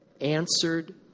Answered